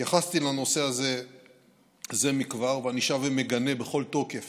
התייחסתי לנושא הזה זה מכבר ואני שב ומגנה בכל תוקף